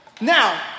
Now